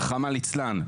רחמנא ליצלן,